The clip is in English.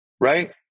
right